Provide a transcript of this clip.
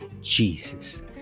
Jesus